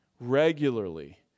regularly